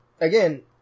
again